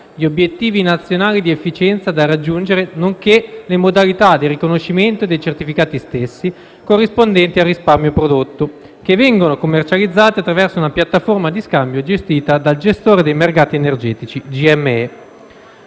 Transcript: gli obiettivi nazionali di efficienza da raggiungere, nonché le modalità di riconoscimento dei certificati stessi corrispondenti al risparmio prodotto, che vengono commercializzati attraverso una piattaforma di scambio gestita dal Gestore dei mercati energetici (GME).